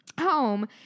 home